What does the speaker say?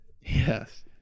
Yes